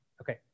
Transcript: Okay